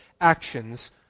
actions